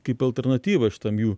kaip alternatyvą šitam jų